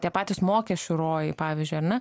tie patys mokesčių rojai pavyzdžiui ar ne